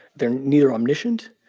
they're neither omniscient,